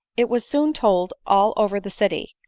it was soon told all over the city,